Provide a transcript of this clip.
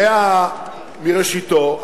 מראשיתו,